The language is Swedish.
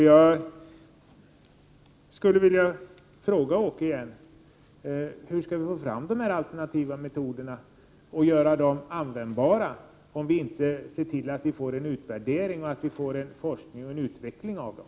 Jag skulle vilja fråga Åke Selberg igen: Hur skall vi få fram alternativa metoder och få dem användbara om vi inte får forskning, utveckling och utvärdering av dem?